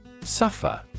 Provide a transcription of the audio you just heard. Suffer